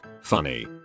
funny